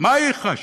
מה היא חשה?